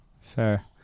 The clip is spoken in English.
Fair